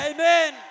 Amen